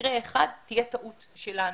מקרה אחד תהיה טעות שלנו,